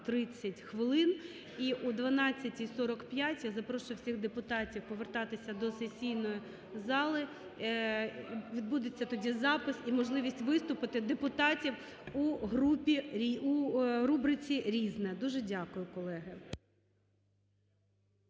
30 хвилин. І о 12:45 я запрошую всіх депутатів повертатися до сесійної зали, відбудеться тоді запис і можливість виступити депутатів у рубриці "Різне". Дуже дякую, колеги.